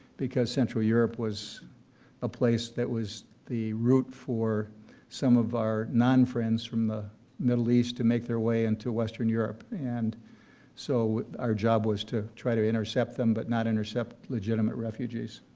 because central europe was a place that was the route for some of our non-friends from the middle east to make their way into western europe, and so our job was to try and intercept them, but not intercept legitimate refugees,